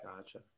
gotcha